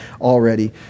already